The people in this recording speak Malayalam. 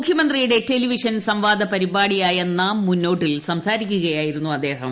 മുഖ്യമന്ത്രിയുടെ ടെലിവിഷൻ സംവാദ പരിപാടിയായ നാം മൂന്നോട്ടിൽ സംസാരിക്കുകയായിരുന്നു അദ്ദേഹം